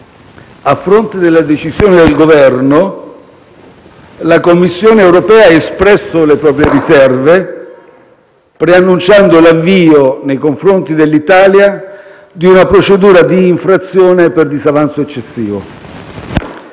A fronte della decisione del Governo, la Commissione europea ha espresso le proprie riserve, preannunciando l'avvio, nei confronti dell'Italia, di una procedura di infrazione per disavanzo eccessivo.